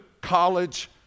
college